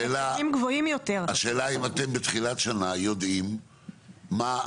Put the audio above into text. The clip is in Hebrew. השאלה האם אתם בתחילת שנה יודעים מה?